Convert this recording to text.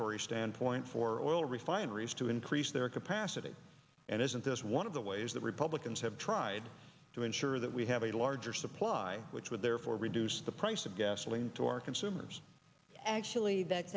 regulatory standpoint for oil refineries to increase their capacity and isn't this one of the ways that republicans have tried to ensure that we have a larger supply which would therefore reduce the price of gasoline to our consumers actually that